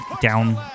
down